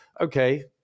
okay